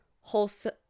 wholesome